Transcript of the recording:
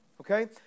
Okay